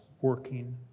working